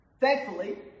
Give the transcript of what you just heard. Thankfully